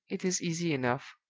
it is easy enough.